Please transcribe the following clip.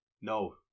No